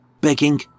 begging